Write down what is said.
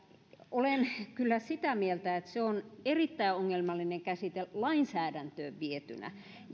olen kyllä sitä mieltä että se on erittäin ongelmallinen käsite lainsäädäntöön vietynä